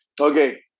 okay